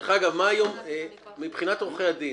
דרך אגב, מבחינת עורכי הדין,